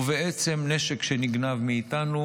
ובעצם נשק שנגנב מאיתנו,